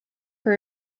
her